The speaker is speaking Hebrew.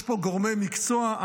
יש פה גורמי מקצוע.